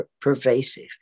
pervasive